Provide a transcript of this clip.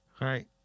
Right